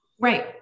Right